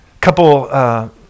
couple